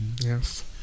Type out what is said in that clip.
Yes